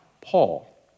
Paul